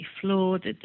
flawed